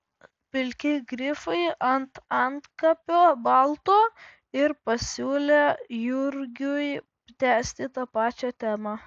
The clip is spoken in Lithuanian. pilki grifai ant antkapio balto ir pasiūlė jurgiui tęsti ta pačia tema